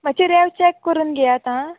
मातशी रेंव चेक करून घेयात आं